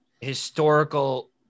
historical